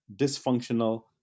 dysfunctional